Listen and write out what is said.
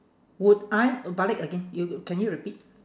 would I uh balik again you you can you repeat